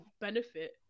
benefit